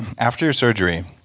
after your surgery,